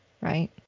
right